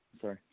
sorry